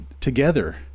together